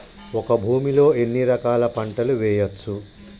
ఒక భూమి లో ఎన్ని రకాల పంటలు వేయచ్చు?